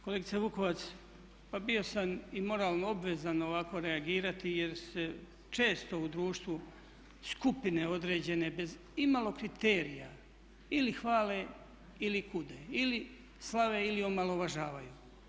Kolegice Vukovac, pa bio sam i moralno obvezan ovako reagirati jer se često u društvu skupine određene bez imalo kriterija ili hvale ili kude ili slave ili omalovažavaju.